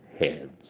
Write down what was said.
heads